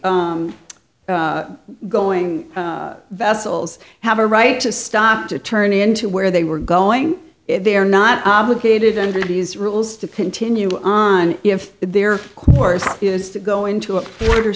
c going vessels have a right to stop to turn into where they were going if they are not obligated under these rules to continue on if their course is to go into a word or